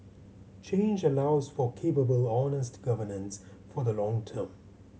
change allows for capable honest governance for the long term